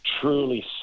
truly